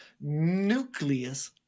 nucleus